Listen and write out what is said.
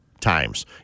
times